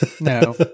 No